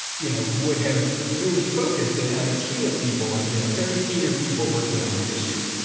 you know, would have really focused and had a team of people and, you know, very senior people working on these issues,